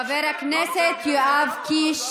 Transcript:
חבר הכנסת יואב קיש,